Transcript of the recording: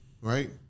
right